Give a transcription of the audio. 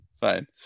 fine